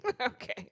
okay